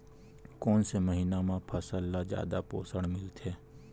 कोन से महीना म फसल ल जादा पोषण मिलथे?